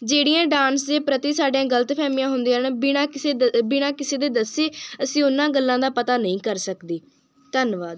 ਜਿਹੜੀਆਂ ਡਾਂਸ ਦੇ ਪ੍ਰਤੀ ਸਾਡੀਆਂ ਗਲਤਫ਼ਹਿਮੀਆਂ ਹੁੰਦੀਆਂ ਨੇ ਬਿਨਾਂ ਕਿਸੇ ਦੱ ਬਿਨਾਂ ਕਿਸੇ ਦੇ ਦੱਸੇ ਅਸੀਂ ਉਨ੍ਹਾਂ ਗੱਲਾਂ ਦਾ ਪਤਾ ਨਹੀਂ ਕਰ ਸਕਦੇ ਧੰਨਵਾਦ